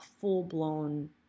full-blown